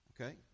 Okay